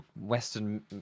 western